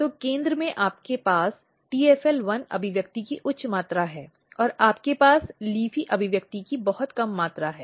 तो केंद्र में आपके पास TFL1 अभिव्यक्ति की उच्च मात्रा है और आपके पास LEAFY अभिव्यक्ति की बहुत कम मात्रा है